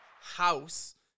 house